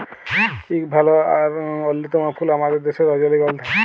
ইক ভাল আর অল্যতম ফুল আমাদের দ্যাশের রজলিগল্ধা